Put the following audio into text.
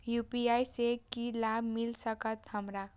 UPI से की लाभ मिल सकत हमरा?